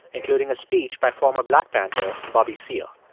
including a speech by former black panther bobby seale.